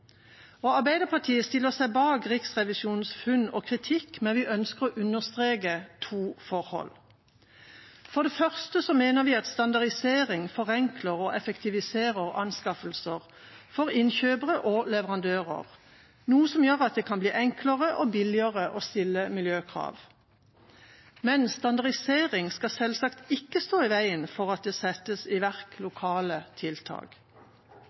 Arbeiderpartiet stiller seg bak Riksrevisjonens funn og kritikk, men vi ønsker å understreke to forhold. For det første mener vi at standardisering forenkler og effektiviserer anskaffelser for innkjøpere og leverandører, noe som gjør at det kan bli enklere og billigere å stille miljøkrav. Men standardisering skal selvsagt ikke stå i veien for at det settes i verk lokale tiltak.